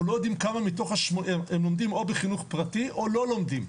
אנחנו לא יודעים כמה מתוך הם לומדים בחינוך פרטי או לא לומדים.